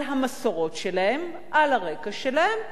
על המסורות שלהן, על הרקע שלהן,